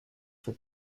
for